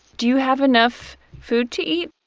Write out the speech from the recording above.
do you have enough food to eat?